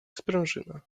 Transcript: sprężyna